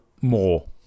more